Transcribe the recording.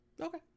Okay